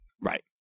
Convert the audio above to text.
Right